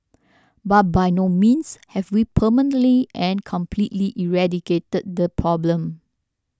but by no means have we permanently and completely eradicated the problem